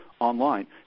online